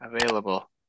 available